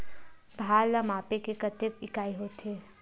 भार ला मापे के कतेक इकाई होथे?